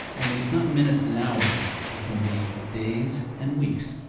only it's not minutes and hours, it can be days and weeks.